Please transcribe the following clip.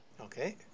Okay